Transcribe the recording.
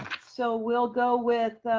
so we'll go with